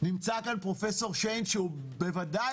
נמצא פה פרופ' שיין שהוא בוודאי